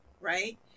right